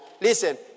Listen